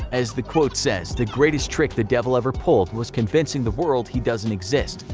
as the quote says, the greatest trick the devil ever pulled was convincing the world he doesn't exist.